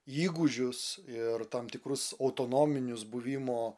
įgūdžius ir tam tikrus autonominius buvimo